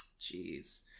Jeez